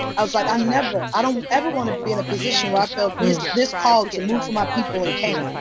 i was like. and i don't ever want to be in a position where i feel this this called to move for my people, and can't.